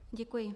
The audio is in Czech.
Děkuji.